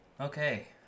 okay